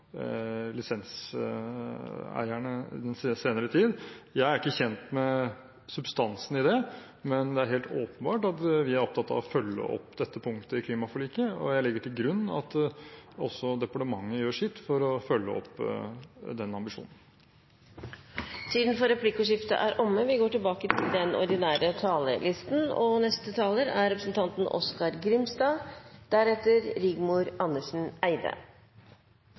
lisenseierne i den senere tid. Jeg er ikke kjent med substansen i det, men det er helt åpenbart at vi er opptatt av å følge opp dette punktet i klimaforliket, og jeg legger til grunn at også departementet gjør sitt for å følge opp den ambisjonen. Replikkordskiftet er omme. Stabil energiforsyning, enten det er på basis av fossil eller fornybar energi, er